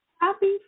Happy